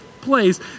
place